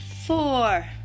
Four